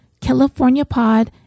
californiapod